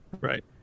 Right